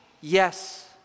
Yes